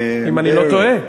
אם אני לא טועה.